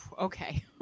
Okay